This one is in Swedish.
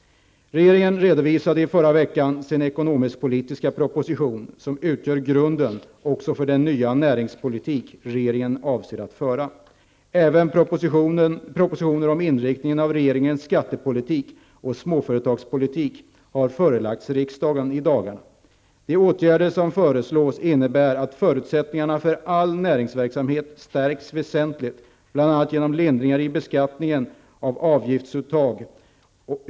Regeringen redovisade i förra veckan sin ekonomisk-politiska proposition som utgör grunden också för den nya näringspolitik regeringen avser att föra. Även propositioner om inriktningen av regeringens skattepolitik och småföretagspolitik har förelagts riksdagen i dagarna. De åtgärder som föreslås innebär att förutsättningarna för all näringsverksamhet stärks väsentligt bl.a. genom lindringar i beskattningen och avgiftsuttag.